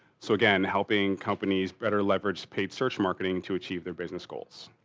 so again, helping companies better leverage paid search marketing to achieve their business goals.